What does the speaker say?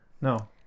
no